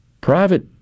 private